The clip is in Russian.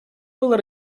было